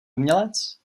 umělec